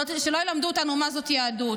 שלא ילמדו אותנו מה זאת יהדות.